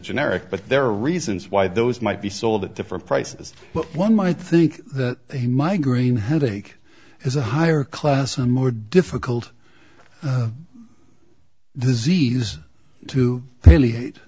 generic but there are reasons why those might be sold at different prices one might think that a migraine headache is a higher class a more difficult disease to clearly